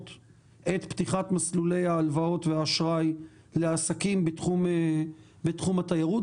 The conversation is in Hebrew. את פתיחת מסלולי ההלוואות והאשראי לעסקים בתחום התיירות?